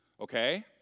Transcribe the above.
Okay